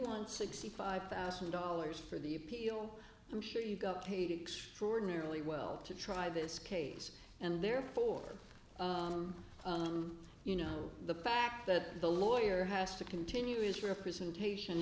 want sixty five thousand dollars for the appeal i'm sure you got paid extraordinarily well to try this case and therefore you know the fact that the lawyer has to continue his representation